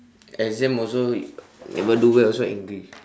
exam also never do well also angry